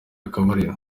akabariro